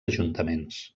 ajuntaments